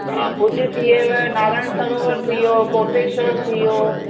हा भुॼ थी वियव नारायण सरोवर थी वियो कोटेश्वर थी वियो